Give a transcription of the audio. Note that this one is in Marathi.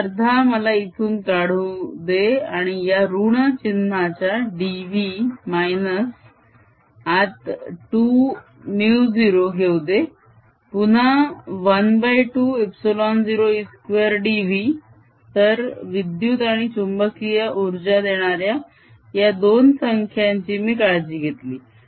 हा अर्धा मला इथून काढू दे आणि या ऋण चिन्हाच्या dv आत 2μ0 घेऊ दे पुन्हा 12ε0E2dv तर विद्युत आणि चुंबकीय उर्जा देणाऱ्या या दोन संख्यांची मी काळजी घेतली